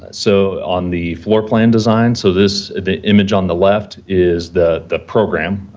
so, on the floor plan design, so, this image on the left is the the program,